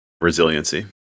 resiliency